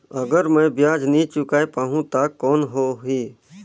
अगर मै ब्याज नी चुकाय पाहुं ता कौन हो ही?